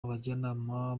abajyanama